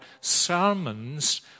sermons